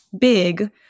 big